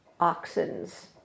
Oxen's